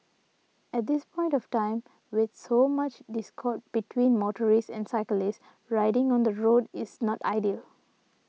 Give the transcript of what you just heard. at this point of time with so much discord between motorists and cyclists riding on the road is not ideal